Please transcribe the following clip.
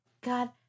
God